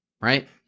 right